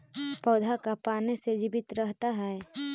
पौधा का पाने से जीवित रहता है?